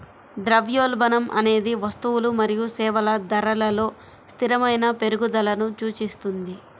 ద్రవ్యోల్బణం అనేది వస్తువులు మరియు సేవల ధరలలో స్థిరమైన పెరుగుదలను సూచిస్తుంది